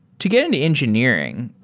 to get into engineering,